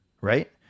right